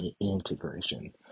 integration